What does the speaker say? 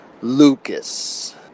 Lucas